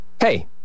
Hey